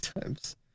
times